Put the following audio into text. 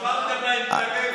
שברתם להם את הלב.